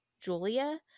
Julia